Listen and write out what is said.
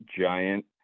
giant